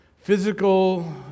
Physical